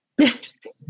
interesting